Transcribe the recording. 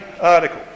article